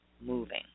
moving